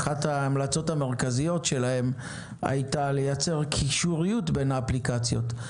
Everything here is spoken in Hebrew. אחת ההמלצות המרכזיות שלהם הייתה לייצר קישוריות בין האפליקציות.